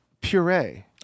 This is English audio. puree